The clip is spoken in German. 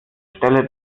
stelle